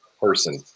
person